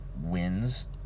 wins